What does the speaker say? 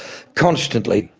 constantly.